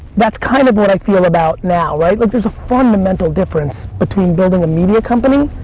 that's kind of what i feel about now, right? like there's a fundamental difference between building a media company,